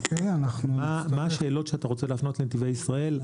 מה השאלות שאתה רוצה להפנות לנתיבי ישראל?